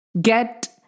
get